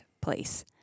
place